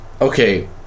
Okay